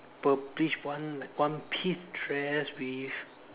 purplish one like one piece dress with